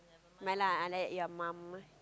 mind lah let your mum